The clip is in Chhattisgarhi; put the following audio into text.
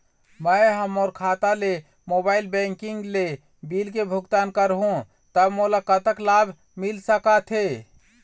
मैं हा मोर खाता ले मोबाइल बैंकिंग ले बिल के भुगतान करहूं ता मोला कतक लाभ मिल सका थे?